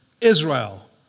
Israel